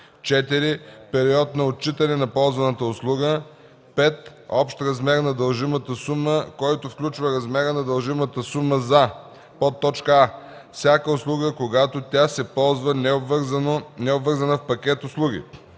4. период на отчитане на ползваната услуга; 5. общ размер на дължимата сума, който включва размера на дължимата сума за: а) всяка услуга, когато тя се ползва необвързана в пакет услуги;